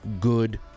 good